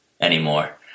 anymore